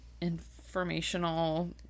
informational